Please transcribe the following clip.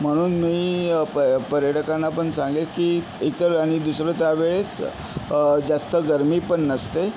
म्हणून मी पय पर्यटकांनापण सांगेल की एकतर आणि दुसरं त्यावेळेस जास्त गरमीपण नसते